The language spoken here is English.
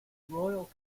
royal